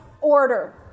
order